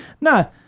No